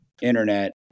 Internet